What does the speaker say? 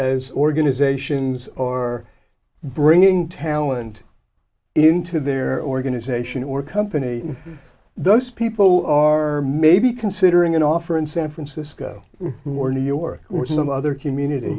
as organizations or bringing talent into their organization or company those people are maybe considering an offer in san francisco or new york or some other community